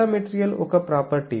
metamaterial ఒక property